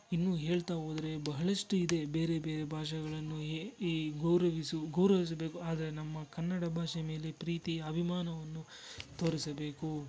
ಇನ್ನೂ ಹೇಳ್ತಾ ಹೋದರೆ ಬಹಳಷ್ಟು ಇದೆ ಬೇರೆ ಬೇರೆ ಭಾಷೆಗಳನ್ನು ಗೌರವಿಸು ಗೌರವಿಸಬೇಕು ಆದರೆ ನಮ್ಮ ಕನ್ನಡ ಭಾಷೆ ಮೇಲೆ ಪ್ರೀತಿ ಅಭಿಮಾನವನ್ನು ತೋರಿಸಬೇಕು